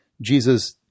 Jesus